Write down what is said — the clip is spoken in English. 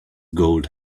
gold